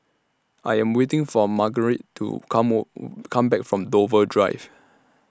I Am waiting For Margarite to Car More Come Back from Dover Drive